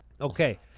Okay